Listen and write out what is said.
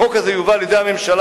החוק הזה יובא לידי הממשלה,